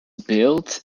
built